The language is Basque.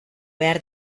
behar